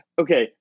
okay